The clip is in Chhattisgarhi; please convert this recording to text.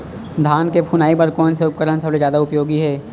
धान के फुनाई बर कोन से उपकरण सबले जादा उपयोगी हे?